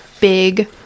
big